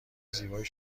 زیبای